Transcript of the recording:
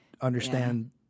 understand